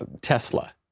Tesla